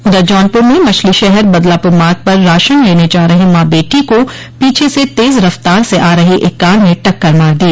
उधर जौनपुर में मछलीशहर बदलापुर मार्ग पर राशन लेने जा रही मां बेटी को पीछे से तेज रफ्तार से आ रही एक कार ने टक्कर मार दी